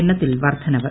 എണ്ണത്തിൽ വർദ്ധനവ്